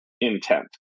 intent